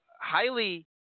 highly